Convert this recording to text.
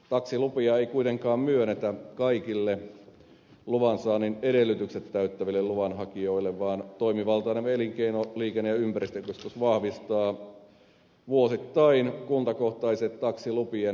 taksilupia ei kuitenkaan myönnetä kaikille luvan saannin edellytykset täyttäville luvanhakijoille vaan toimivaltainen elinkeino liikenne ja ympäristökeskus vahvistaa vuosittain kuntakohtaiset taksilupien enimmäismäärät